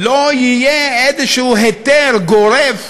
לא יהיה איזה היתר גורף